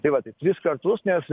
tai vat tris kartus nes